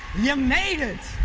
yeah made it!